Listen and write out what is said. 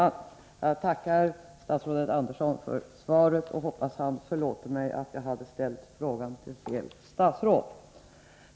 Herr talman! Jag tackar statsrådet Andersson för svaret och hoppas att han förlåter mig att jag ställt frågan till fel statsråd.